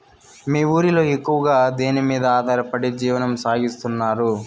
మీ ఊరిలో ఎక్కువగా దేనిమీద ఆధారపడి జీవనం సాగిస్తున్నారు?